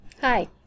Hi